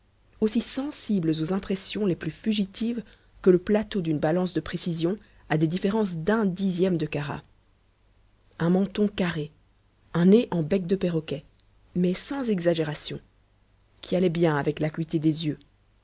aussi sensibles aux impressions les plus fugitives que le plateau d'une balance de précision à des différences d'un dixième de carat un menton carré un nez en bec de perroquet mais sans exagération qui allait bien avec l'acuité des yeux